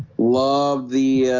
love the